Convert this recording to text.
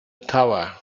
tower